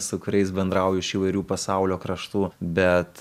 su kuriais bendrauju iš įvairių pasaulio kraštų bet